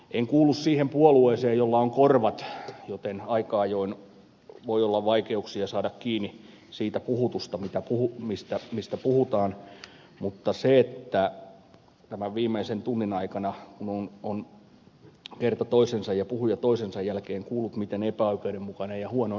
en kuulu siihen puolueeseen jolla on korvat joten aika ajoin voi olla vaikeuksia saada kiinni siitä puhutusta mistä puhutaan mutta olen tämän viimeisen tunnin aikana kerta toisensa ja puhuja toisensa jälkeen kuullut miten epäoikeudenmukainen ja huono esitys tämä on